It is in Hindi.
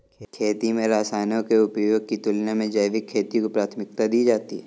खेती में रसायनों के उपयोग की तुलना में जैविक खेती को प्राथमिकता दी जाती है